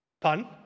Pun